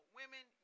women